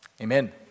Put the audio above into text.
Amen